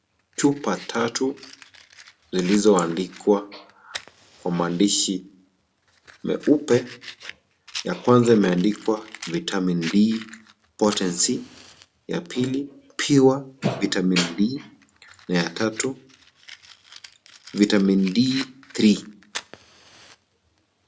Chupa tatu zilizoandikwa kwa mandishi meupe, ya kwanza imendikwa vitamin D potency ya pili pure vitamin D na ya tatu vitamin D 3 .